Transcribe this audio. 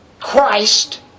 Christ